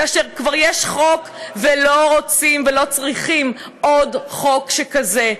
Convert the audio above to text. כאשר כבר יש חוק ולא רוצים ולא צריכים עוד חוק שכזה.